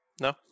No